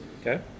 Okay